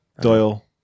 Doyle